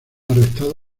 arrestados